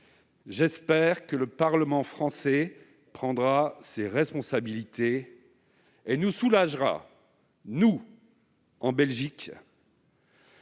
J'espère que le Parlement français prendra ses responsabilités et nous soulagera, nous, en Belgique,